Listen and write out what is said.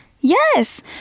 Yes